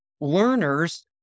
Learners